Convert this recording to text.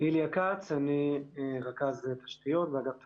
איליה כץ, אני רכז תשתיות באגף תקציבים.